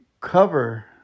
cover